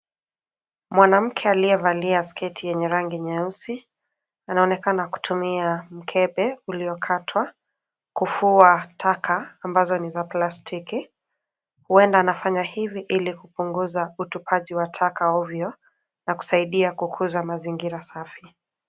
Mwanamke aliyevalia sketi yenye rangi nyeusi, anaonekana kutumia mkebe uliokatwa kufua taka ambazo ni za plastiki. Huenda anafanya hivi ili kupunguza utupaji wa taka ovyo na kusaidia kukuza mazingira safi.